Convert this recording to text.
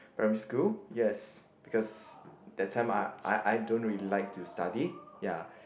primary school yes because that time I I I don't really like to study ya